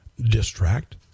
distract